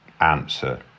answer